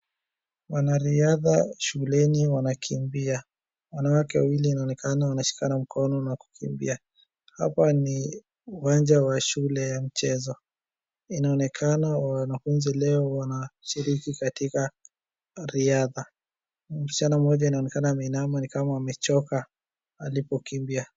Wanariadha shuleni wanakimbia. Wanawake wawili inaonekana wanashikana mkono kukimbia. Hapa ni uwanja wa shule ya mchezo. Inaonekana wanafuzi leo wanashiriki katika riadha. Msichana mmoja inaonekana ameinama ni kama amechoka alipokimbia.